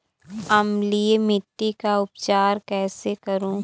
अम्लीय मिट्टी का उपचार कैसे करूँ?